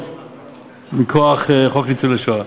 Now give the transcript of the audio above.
גמלאות מכוח חוק הטבות לניצולי שואה.